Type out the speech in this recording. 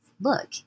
look